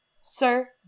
Sir